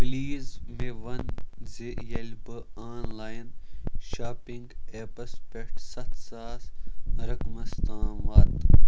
please مےٚ وَن زِ ییٚلہِ بہٕ آن لایِن شاپِنٛگ ایٚپَس پٮ۪ٹھ ستھ ساس رقمَس تام واتہِ